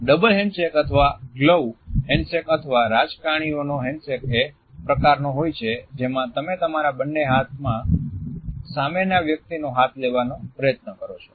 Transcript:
double handshake અથવા glove handshake અથવા રાજકારણીઓનો હેન્ડશેક એ પ્રકારનો હોય છે જેમાં તમે તમારા બંને હાથમાં સામેના વ્યક્તિનો હાથ લેવાનો પ્રયત્ન કરો છો